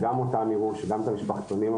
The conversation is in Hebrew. גם אני מברך על המעבר,